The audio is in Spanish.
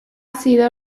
sido